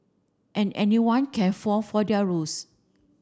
and anyone can fall for their ruse